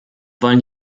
wollen